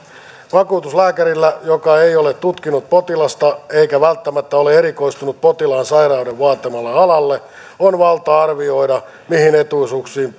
vakuutuslääkärillä joka ei ole tutkinut potilasta eikä välttämättä ole erikoistunut potilaan sairauden vaatimalle alalle on valta arvioida mihin etuisuuksiin